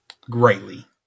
Greatly